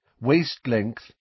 waist-length